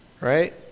right